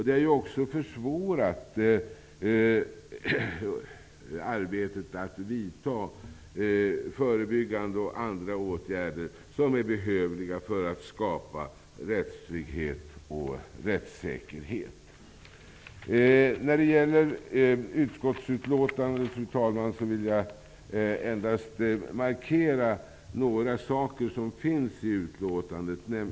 Det har också försvårat arbetet att vidta bl.a. förebyggande åtgärder, som är behövliga för att skapa rättstrygghet och rättssäkerhet. Fru talman, vad gäller utskottsutlåtandet vill jag endast markera några saker som finns i det.